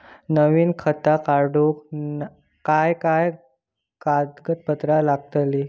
नवीन खाता काढूक काय काय कागदपत्रा लागतली?